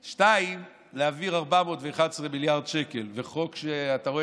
2. להעביר 411 מיליארד שקל וחוק שאתה רואה